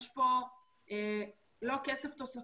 יש כאן לא כסף תוספתי.